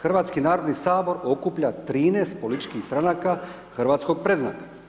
Hrvatski narodni sabor okuplja 13 političkih stranaka hrvatskog predznaka.